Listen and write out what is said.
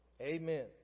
Amen